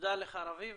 תודה לך, רביב.